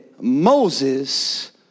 Moses